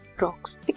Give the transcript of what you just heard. rocks